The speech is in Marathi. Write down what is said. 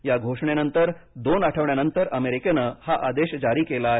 या घोषणेनंतर दोन आठवड्यांनंतर अमेरिकेने हा आदेश जारी केला आहे